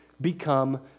become